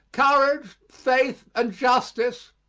courage, faith, and justice,